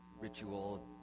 ritual